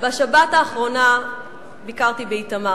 בשבת האחרונה ביקרתי באיתמר.